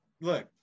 look